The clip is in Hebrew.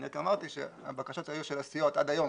אני רק אמרתי שהבקשות היו של הסיעות עד היום.